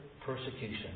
persecution